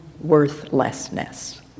worthlessness